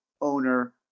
owner